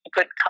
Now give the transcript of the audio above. Good